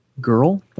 girl